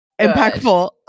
impactful